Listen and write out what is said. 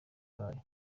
yabaye